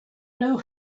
know